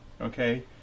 okay